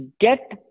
get